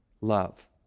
love